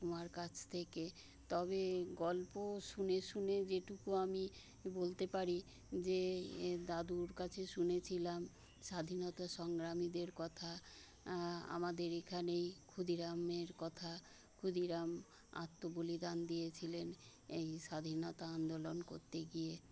ঠাকুমার কাছ থেকে তবে গল্প শুনে শুনে যেটুকু আমি বলতে পারি যে দাদুর কাছে শুনেছিলাম স্বাধীনতা সংগ্রামীদের কথা আমাদের এখানেই ক্ষুদিরামের কথা ক্ষুদিরাম আত্মবলিদান দিয়েছিলেন এই স্বাধীনতা আন্দোলন করতে গিয়ে